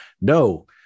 No